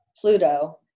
Pluto